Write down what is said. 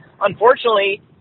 unfortunately